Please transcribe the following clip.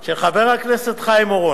של חבר הכנסת חיים אורון,